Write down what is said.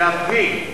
באפריל.